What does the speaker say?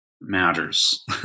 matters